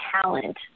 talent